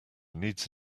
needs